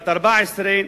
בת 14,